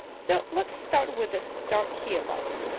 so let's start with the start here button.